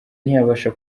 ntiyabasha